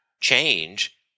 change